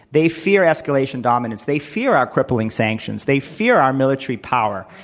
they fear escalation dominance. they fear our crippling sanctions. they fear our military power.